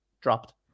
Dropped